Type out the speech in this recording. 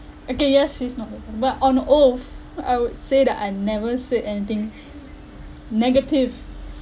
okay ya she's not normal but on oath I would say that I never said anything negative